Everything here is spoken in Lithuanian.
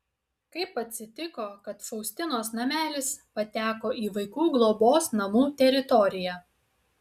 kaip atsitiko kad faustinos namelis pateko į vaikų globos namų teritoriją